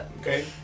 Okay